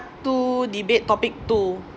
two debate topic two